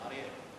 איזה קצב.